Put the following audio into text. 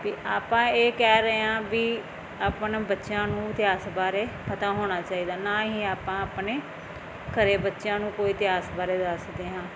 ਵੀ ਆਪਾਂ ਇਹ ਕਹਿ ਰਹੇ ਆ ਵੀ ਆਪਣੇ ਬੱਚਿਆਂ ਨੂੰ ਇਤਿਹਾਸ ਬਾਰੇ ਪਤਾ ਹੋਣਾ ਚਾਹੀਦਾ ਨਾ ਹੀ ਆਪਾਂ ਆਪਣੇ ਘਰ ਬੱਚਿਆਂ ਨੂੰ ਕੋਈ ਇਤਿਹਾਸ ਬਾਰੇ ਦੱਸਦੇ ਹਾਂ